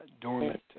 dormant